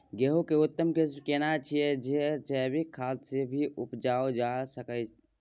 गेहूं के उत्तम किस्म केना छैय जे जैविक खाद से भी उपजायल जा सकते?